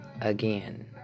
again